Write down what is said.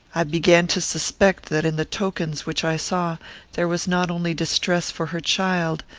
i began to suspect that in the tokens which i saw there was not only distress for her child,